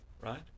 right